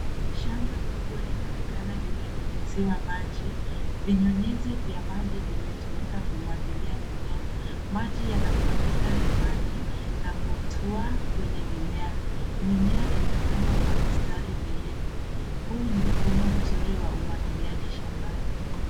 Shama kubwa linaonekana likinyunyiziwa maji. Vinyunyizi vya maji vimetumika kumwagilia mimea. Maji yanamwagika hewani na kutua kwenye mimea. Mimea imepandwa kwa mistari mirefu. Huu ni mfumo mzuri wa umwagiliaji shambani.